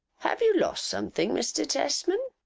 have you lost something, mr tesman?